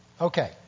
Okay